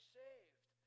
saved